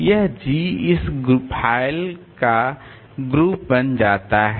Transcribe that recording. यह G इस file का ग्रुप बन जाता है